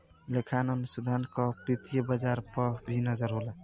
लेखांकन अनुसंधान कअ वित्तीय बाजार पअ भी नजर रहेला